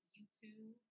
YouTube